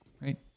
right